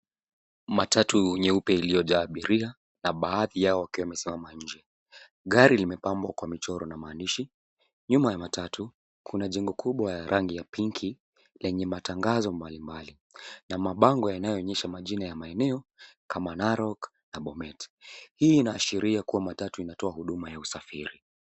Mtatu nyeupe iliojaa abiria na baadhi yao wakiwa wamesimama nje gari limepambwa kwa michoro na maandishi nyuma ya matatu kuna jengo kubwa ya rangi ya pinki lenye matangazo mbalimbali na mabango yanyoonyesha majina ya maeneo kama narok na bomethii inaashiria kua matatu inatoa huduma ya usafiri